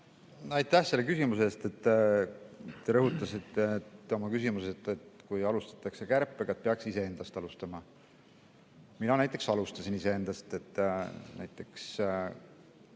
Aitäh selle küsimuse eest! Te rõhutasite oma küsimuses, et kui alustatakse kärpega, siis peaks iseendast alustama. Mina alustasin iseendast, näiteks